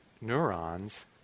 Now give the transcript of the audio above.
neurons